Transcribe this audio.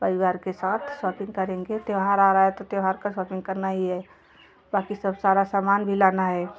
परिवार के साथ शॉपिंग करेंगे त्यौहार आ रहा है तो त्यौहार का शॉपिंग करना ही है बाक़ी सब सारा सामान भी लाना है